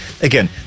again